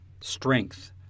strength